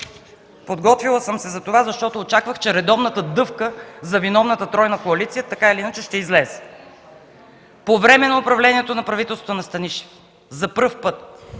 Подготвила съм се за това, защото очаквах, че редовната „дъвка” за виновната тройна коалиция така или иначе ще излезе. По време на управлението на правителството на Станишев за пръв път